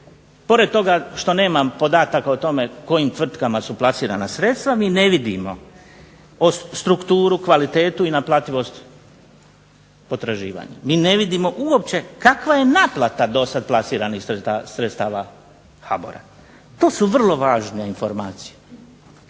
Pored toga što nemam podatak o tome kojim tvrtkama su plasirana sredstva mi ne vidimo strukturu, kvalitetu i naplativost potraživanja. Mi ne vidimo uopće kakva je naplata dosad plasirana iz sredstava HBOR-a. To su vrlo važne informacije,